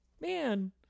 Man